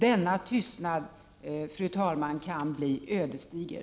Denna tystnad kan bli ödesdiger.